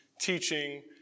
teaching